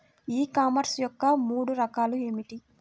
ఈ కామర్స్ యొక్క మూడు రకాలు ఏమిటి?